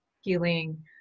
healing